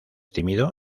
tímido